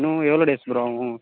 இன்னும் எவ்வளோ days bro ஆகும் சார்